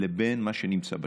לבין מה שנמצא בשטח.